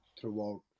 throughout